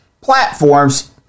platforms